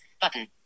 button